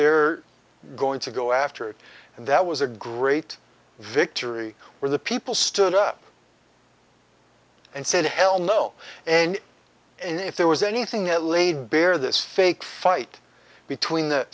they're going to go after it and that was a great victory where the people stood up and said hell no and and if there was anything it laid bare this fake fight between the